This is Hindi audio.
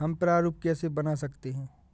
हम प्रारूप कैसे बना सकते हैं?